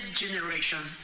generation